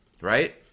right